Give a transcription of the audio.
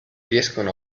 riescono